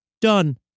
done